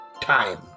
time